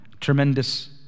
tremendous